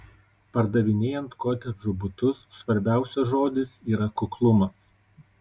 pardavinėjant kotedžų butus svarbiausias žodis yra kuklumas